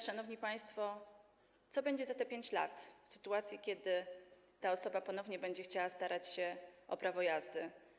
Szanowni państwo, i co będzie za te 5 lat w sytuacji, kiedy ta osoba ponownie będzie chciała starać się o prawo jazdy?